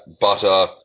butter